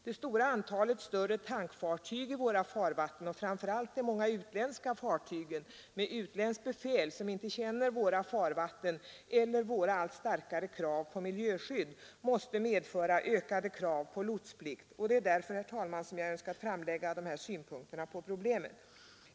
Det stora antalet större tankfartyg i våra farvatten och framför allt de många utländska fartyg med utländskt befäl som inte känner våra farvatten eller våra allt starkare krav på miljöskydd måste medföra ökad lotsplikt. Därför har jag, herr talman, velat framlägga dessa synpunkter på problemen.